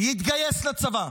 -- יתגייס לצבא,